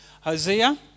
Hosea